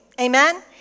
Amen